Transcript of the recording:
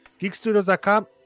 geekstudios.com